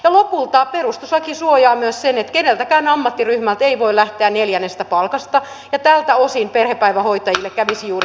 lopulta perustuslaki suojaa myös sen että keneltäkään ammattiryhmältä ei voi lähteä neljännestä palkasta ja tältä osin perhepäivähoitajille kävisi juuri näin